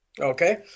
Okay